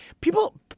People